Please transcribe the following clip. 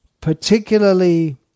particularly